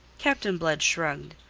captain blood shrugged.